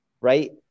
right